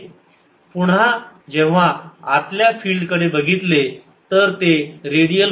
पुन्हा जेव्हा आतल्या फिल्ड कडे बघितले तर ते रेडियल होते